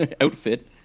outfit